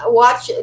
watch